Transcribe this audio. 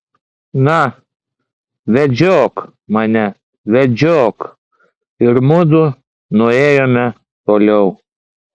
na vedžiok mane vedžiok ir mudu nuėjome toliau